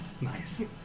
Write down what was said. Nice